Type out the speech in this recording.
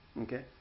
Okay